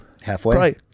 halfway